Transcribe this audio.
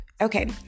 Okay